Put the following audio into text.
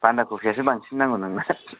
बान्दा कफियासो बांसिन नांगौ नोंनो